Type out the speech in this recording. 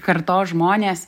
kartos žmonės